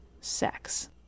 sex